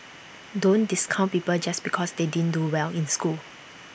don't discount people just because they didn't do well in school